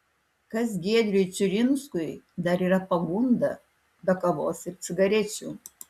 kas giedriui čiurinskui dar yra pagunda be kavos ir cigarečių